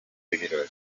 birori